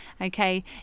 Okay